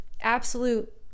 absolute